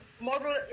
model